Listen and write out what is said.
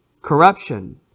corruption